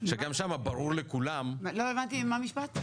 שגם שם ברור לכולם --- לא הבנתי, מה המשפט?